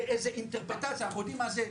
באיזו אינטרפרטציה אנחנו יודעים מה זה,